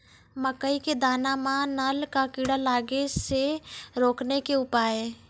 मकई के दाना मां नल का कीड़ा लागे से रोकने के उपाय?